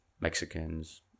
Mexicans